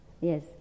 yes